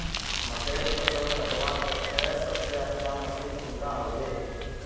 मकईर फसल कटवार केते सबसे अच्छा मशीन कुंडा होबे?